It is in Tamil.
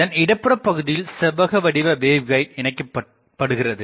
இதன் இடப்புற பகுதியில் செவ்வகவடிவ வேவ்கைடு இணைக்கப்படுகிறது